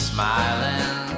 smiling